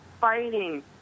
fighting